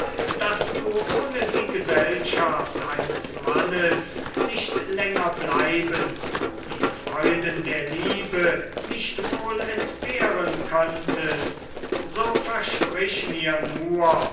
daß du ohne die gesellschaft eines mannes nicht länger bleiben die freuden der liebe nicht wohl entbehren könntest so versprich mir nur